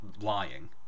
lying